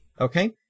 Okay